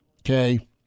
okay